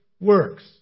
works